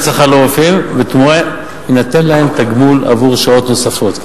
שכר לרופאים ובתמורה יינתן להם תגמול עבור שעות נוספות.